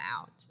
out